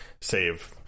save